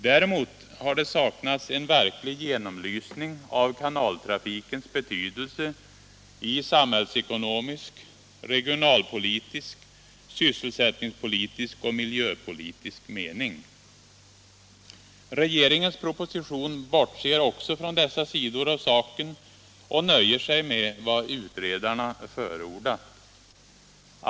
Däremot har det saknats en verklig genomlysning av kanaltrafikens betydelse i samhällsekonomisk, regionalpolitisk, sysselsättningspolitisk och miljöpolitisk mering. Regeringens proposition bortser också från dessa sidor av saken och nöjer sig med vad utredarna förordat.